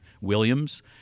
Williams